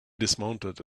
dismounted